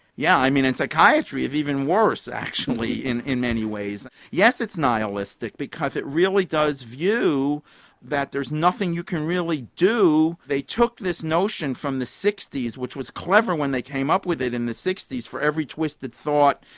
yeah, i mean in psychiatry it's even worse actually in in many ways. yes it's nihilistic because it really does view that there's nothing you can really do. they took this notion from the sixty s which was clever when they come up with it in the sixty s, for every twisted thought,